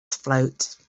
float